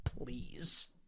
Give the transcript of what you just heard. Please